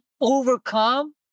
overcome